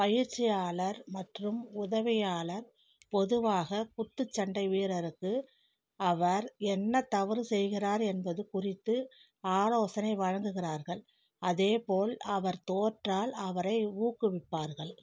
பயிற்சியாளர் மற்றும் உதவியாளர் பொதுவாக குத்துச்சண்டை வீரருக்கு அவர் என்ன தவறு செய்கிறார் என்பது குறித்து ஆலோசனை வழங்குகிறார்கள் அதே போல் அவர் தோற்றால் அவரை ஊக்குவிப்பார்கள்